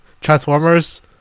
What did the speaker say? Transformers